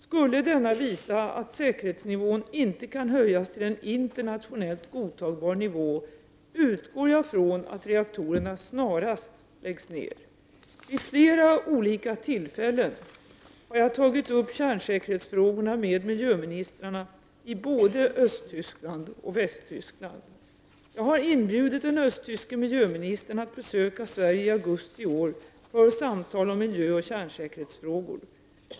Skulle denna visa att säkerhetsnivån inte kan höjas till en internationellt godtagbar nivå, utgår jag från att reaktorerna snarast läggs ned. Vid flera olika tillfällen har jag tagit upp kärnsäkerhetsfrågorna med miljöministrarna i både Östtyskland och Västtyskland. Jag har inbjudit den östtyske miljöministern att besöka Sverige i augusti i år för samtal om miljöoch kärnsäkerhetsfrågor.